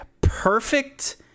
perfect